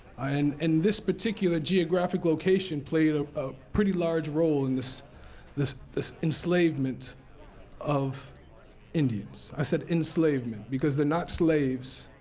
and and this particular geographic location played a ah pretty large role in this this this enslavement of indians. i said enslavement, because they're not slaves,